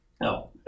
No